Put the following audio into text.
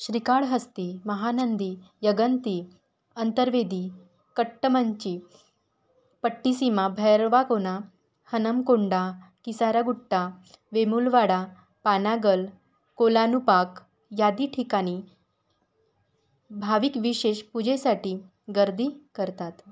श्रीकाळहस्ती महानंदी यगंती अंतर्वेदी कट्टमंची पट्टीसीमा भैरवाकोना हनमकोंडा कीसारागुट्टा वेमुलवाडा पानागल कोलानुपाक आदी ठिकाणी भाविक विशेष पूजेसाठी गर्दी करतात